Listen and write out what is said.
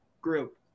group